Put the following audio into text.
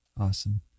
Awesome